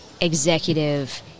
executive